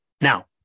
Now